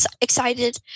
excited